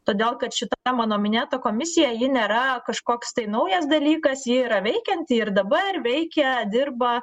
todėl kad šita mano minėta komisija ji nėra kažkoks tai naujas dalykas ji yra veikianti ir dabar veikia dirba